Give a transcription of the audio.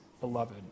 beloved